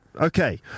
Okay